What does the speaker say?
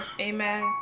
amen